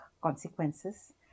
consequences